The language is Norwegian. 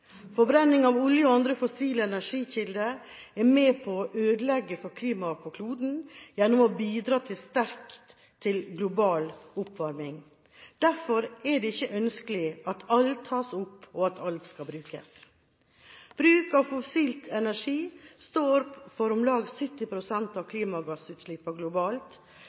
av olje og andre fossile energikilder er med på å ødelegge for klimaet på kloden gjennom å bidra sterkt til global oppvarming. Derfor er det ikke ønskelig at alt tas opp, og at alt skal brukes. Bruk av fossil energi står for om lag 70 pst. av klimagassutslippene globalt,